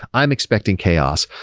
i'm expecting chaos.